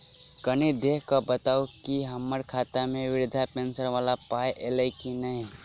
कनि देख कऽ बताऊ न की हम्मर खाता मे वृद्धा पेंशन वला पाई ऐलई आ की नहि?